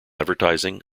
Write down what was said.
advertising